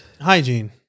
Hygiene